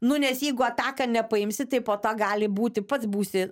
nu nes jeigu ataką nepaimsi tai poto gali būti pats būsi